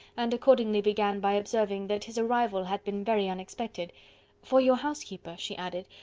and accordingly began by observing, that his arrival had been very unexpected for your housekeeper, she added,